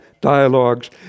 dialogues